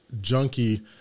junkie